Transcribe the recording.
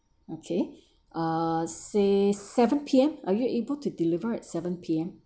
okay uh say seven P_M are you able to deliver at seven P_M